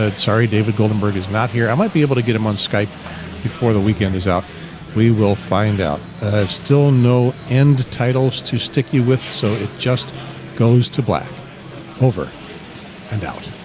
ah sorry david goldenberg is not here i might be able to get him on skype before the weekend is out we will find out still no end titles to stick you with so it just goes to black over and out